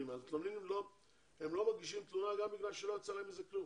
המתלוננים לא מגישים תלונה גם בגלל שלא יצא להם מזה כלום.